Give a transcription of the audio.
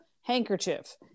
handkerchief